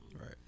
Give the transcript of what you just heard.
Right